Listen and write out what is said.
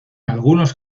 algunos